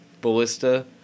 Ballista